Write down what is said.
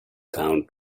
found